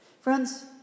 Friends